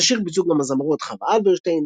את השיר ביצעו גם הזמרות חוה אלברשטיין,